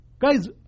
Guys